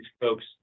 folks